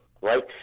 right